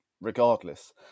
regardless